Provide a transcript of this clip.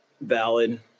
valid